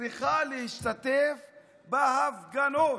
צריכה להשתתף בהפגנות,